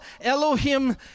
Elohim